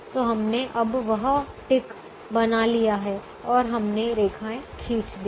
तो हमने अब वह टिक बना लिया है और हमने रेखाएँ खींच दी हैं